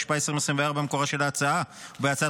התשפ"ה 2024. מקורה של ההצעה הוא בהצעת